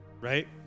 right